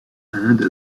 inde